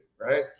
right